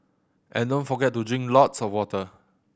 and don't forget to drink lots of water